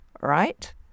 right